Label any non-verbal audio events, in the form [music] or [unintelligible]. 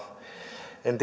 en [unintelligible]